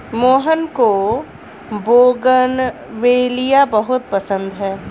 मोहन को बोगनवेलिया बहुत पसंद है